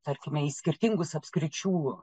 tarkime į skirtingus apskričių